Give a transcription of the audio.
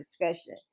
discussion